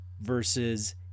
versus